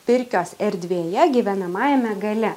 pirkios erdvėje gyvenamajame gale